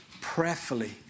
prayerfully